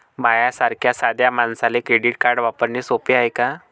माह्या सारख्या साध्या मानसाले क्रेडिट कार्ड वापरने सोपं हाय का?